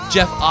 Jeff